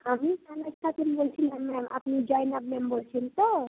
আমি খাতুন বলছিলাম ম্যাম আপনি জয়নাব ম্যাম বলছেন তো